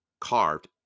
carved